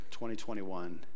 2021